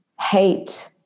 hate